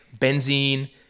benzene